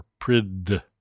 prid